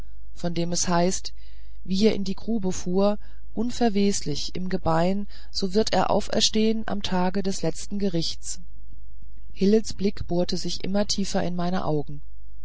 von dem es heißt wie er in die grube fuhr unverweslich im gebein so wird er auferstehen am tage des letzten gerichts hillels blick bohrte sich immer tiefer in meine augen